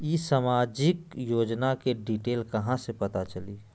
ई सामाजिक योजना के डिटेल कहा से पता चली?